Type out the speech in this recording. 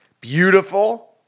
Beautiful